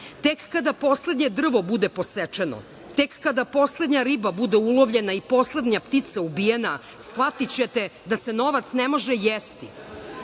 Tek kada poslednje drvo bude posečeno, tek kada poslednja riba bude ulovljena i poslednja ptica ubijena, shvatićete da se novac ne može jesti.